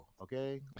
okay